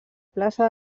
plaça